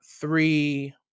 three